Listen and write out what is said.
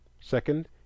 second